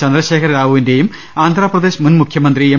ചന്ദ്രശേഖര റാവുവിന്റെയും ആന്ധ്രാപ്ര ദേശ് മുൻ മുഖ്യമന്ത്രി എം